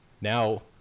now